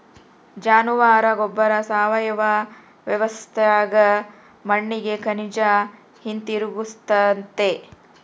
ಜಾನುವಾರ ಗೊಬ್ಬರ ಸಾವಯವ ವ್ಯವಸ್ಥ್ಯಾಗ ಮಣ್ಣಿಗೆ ಖನಿಜ ಹಿಂತಿರುಗಿಸ್ತತೆ